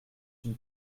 une